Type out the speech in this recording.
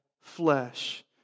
flesh